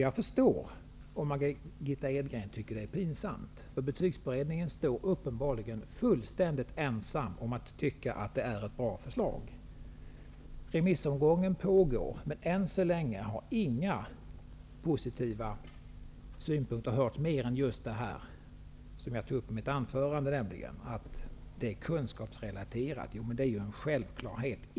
Jag förstår om Margitta Edgren tycker att det är pinsamt. Betygsberedningen står uppenbarligen fullständigt ensam om att tycka att det är ett bra förslag. Remissomgången pågår, men än så länge har inga positiva synpunkter hörts, mer än de som jag tog upp i mitt anförande om att betygen skall vara kunskapsrelaterade. Det är ju en självklarhet.